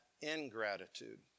ingratitude